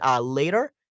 later